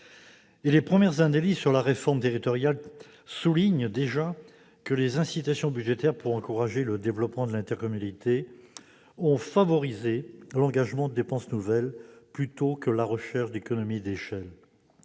Les premières analyses sur la réforme territoriale soulignent déjà que les incitations budgétaires pour encourager le développement de l'intercommunalité ont favorisé l'engagement de dépenses nouvelles plutôt que la recherche d'économies d'échelle.